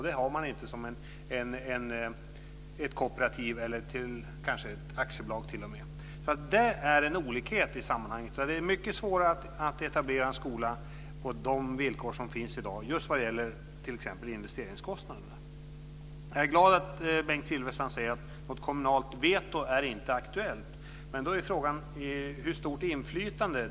Det har man inte som ett kooperativ eller kanske t.o.m. ett aktiebolag. Där är en olikhet i sammanhanget. Det är mycket svårare att etablera en skola på de villkor som finns i dag när det gäller t.ex. Jag är glad att Bengt Silfverstrand säger att något kommunalt veto är inte aktuellt. Men då är frågan hur stort inflytandet är.